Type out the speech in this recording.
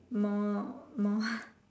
more more